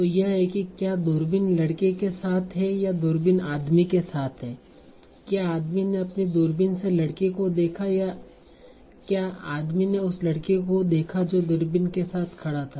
तो यह है कि क्या दूरबीन लड़के के साथ हैं या दूरबीन आदमी के साथ हैं क्या आदमी ने अपनी दूरबीन से लड़के को देखा या क्या आदमी ने उस लड़के को देखा जो दूरबीन के साथ खड़ा था